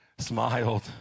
smiled